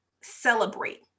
celebrate